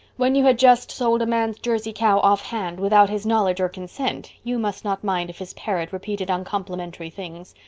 when you had just sold a man's jersey cow offhand, without his knowledge or consent you must not mind if his parrot repeated uncomplimentary things.